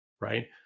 right